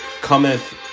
Cometh